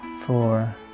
four